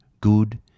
good